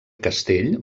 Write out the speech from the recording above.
castell